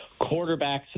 quarterbacks